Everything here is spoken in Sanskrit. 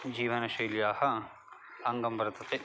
जीवनशैल्याः अङ्गं वर्तते